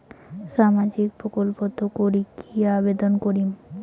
সামাজিক প্রকল্পত কি করি আবেদন করিম?